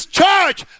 church